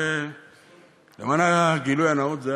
אבל למען הגילוי הנאות,